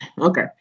okay